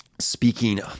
speaking